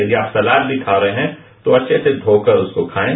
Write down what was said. यदि आप सलाद भी खा रहे हैं तो अच्छे से धोकर उसको खाएं